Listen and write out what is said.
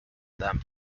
them